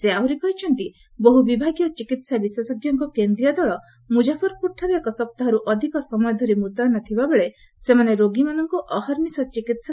ସେ ଆହୁରି କହିଛନ୍ତି ବହୁ ବିଭାଗୀୟ ଚିକିତ୍ସା ବିଶେଷଜ୍ଞଙ୍କ କେନ୍ଦ୍ରୀୟ ଦଳ ମୁକ୍କାଫର୍ପୁରଠାରେ ଏକ ସପ୍ତାହରୁ ଅଧିକ ସମୟ ଧରି ମୁତ୍ୟନ ଥିବାବେଳେ ସେମାନେ ରୋଗୀମାନଙ୍କୁ ଅହର୍ନିଶ ଚିକିିି